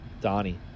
Donnie